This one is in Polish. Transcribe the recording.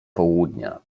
południa